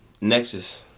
Nexus